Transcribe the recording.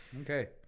Okay